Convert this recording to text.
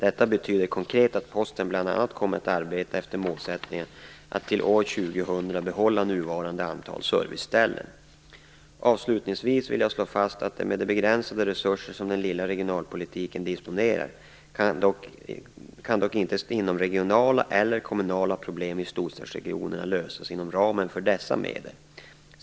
Detta betyder konkret att Posten bl.a. kommer att arbeta efter målsättningen att till år 2000 behålla nuvarande antal serviceställen. Avslutningsvis vill jag slå fast att med de begränsade resurser som den lilla regionalpolitiken disponerar kan dock inte inomregionala, eller kommunala, problem i storstadsregionerna lösas inom ramen för dessa medel.